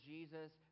Jesus